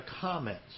comments